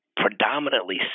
predominantly